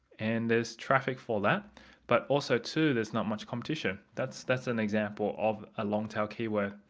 and there's traffic for that but also too there's not much competition. that's that's an example of a long tail keyword.